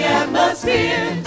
atmosphere